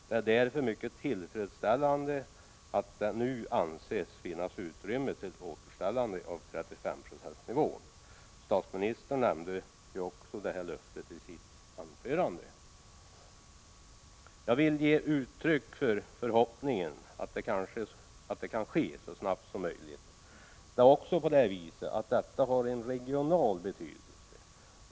Det är därför mycket tillfredsställande att det nu anses finnas utrymme för ett återställande av 65-procentsnivån. Statsministern nämnde också detta löfte i sitt anförande. Jag vill ge uttryck för förhoppningen att det kan ske så snabbt som möjligt. Ett återställande av delpensionen till 65 20 har också regional betydelse.